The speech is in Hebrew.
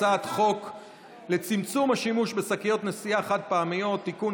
הצעת חוק לצמצום השימוש בשקיות נשיאה חד-פעמיות (תיקון,